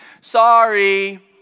sorry